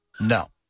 No